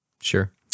Sure